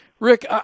Rick